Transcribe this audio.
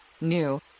new